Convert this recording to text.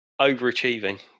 overachieving